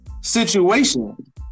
situation